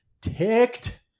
ticked